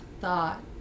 thought